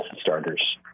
starters